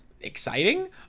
exciting